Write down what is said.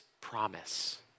promise